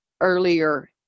earlier